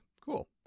cool